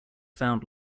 found